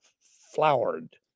flowered